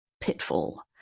Pitfall